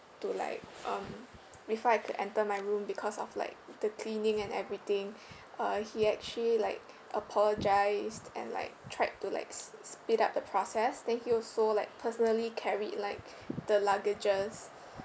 to like um before I could enter my room because of like the cleaning and everything uh he actually like apologised and like tried to like speed up the process then he also like personally carried like the luggages